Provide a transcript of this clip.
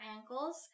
ankles